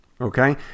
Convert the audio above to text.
Okay